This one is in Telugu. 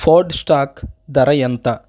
ఫోర్డ్ స్టాక్ ధర ఎంత